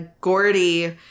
Gordy